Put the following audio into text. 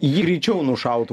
ji greičiau nušautų